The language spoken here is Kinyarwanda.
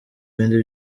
ibindi